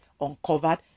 uncovered